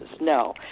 No